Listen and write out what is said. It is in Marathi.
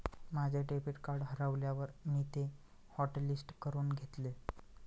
माझे डेबिट कार्ड हरवल्यावर मी ते हॉटलिस्ट करून घेतले